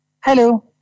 Hello